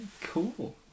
cool